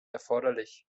erforderlich